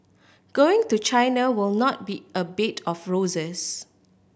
going to China will not be a bed of roses